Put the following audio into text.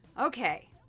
Okay